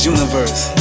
Universe